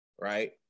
right